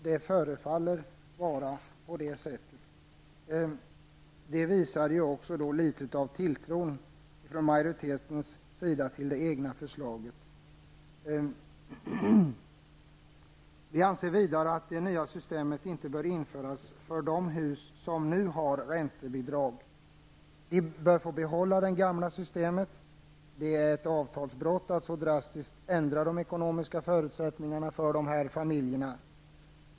Det förefaller vara så. Det visar också litet av majoritetens tilltro till sitt eget förslag. Vi anser vidare att det nya systemet inte bör införas för de hus som nu har räntebidrag. De bör få behålla det gamla systemet. Det är ett avtalsbrott att så drastiskt ändra de ekonomiska förutsättningarna för dessa familjer.